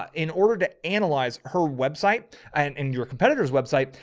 ah in order to. analyze her website. and in your competitor's website,